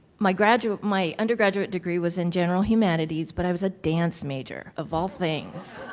my undergraduate my undergraduate degree was in general humanities, but i was a dance major, of all things.